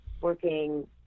working